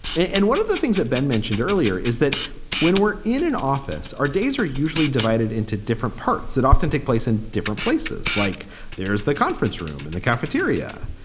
and one of the things that ben mentioned earlier is that when we're in an office, our days are usually divided into different parts that often take place in different places, like there is the conference room in and the cafeteria.